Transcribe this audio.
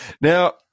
Now